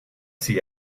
see